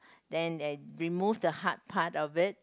then they remove the hard part of it